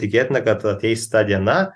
tikėtina kad ateis ta diena